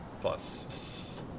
plus